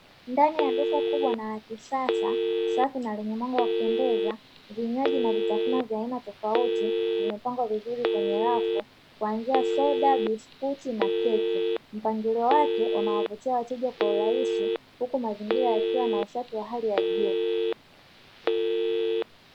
Ndani ya duka kubwa na la kisasa, safi na lenye mwanga wa kupendeza vinywaji na vitafunwa vya aina tofauti vimepangwa vizuri kwenye rafu kuanzia soda, biskuti na keki. Mpangilio wake unawavutia wateja kwa urahisi huku mazingira yakiwa na usafi wa hali ya juu.